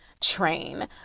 train